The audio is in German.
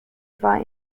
war